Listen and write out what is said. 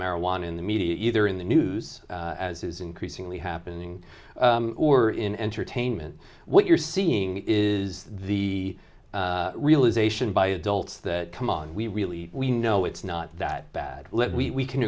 marijuana in the media either in the news as is increasingly happening or in entertainment what you're seeing is the realization by adults that come on we really we know it's not that bad let we can